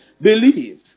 Believe